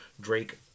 Drake